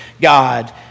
God